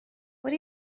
what